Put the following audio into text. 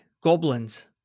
goblins